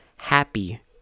happy